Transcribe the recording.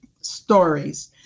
stories